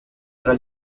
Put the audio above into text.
tra